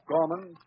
Gorman